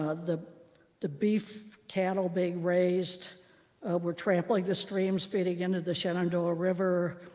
ah the the beef cattle being raised were trampling the streams feeding into the shenandoah river.